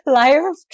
life